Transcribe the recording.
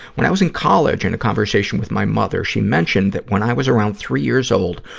when i was in college in a conversation with my mother, she mentioned that when i was around three years old,